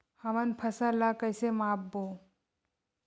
हमन फसल ला कइसे माप बो?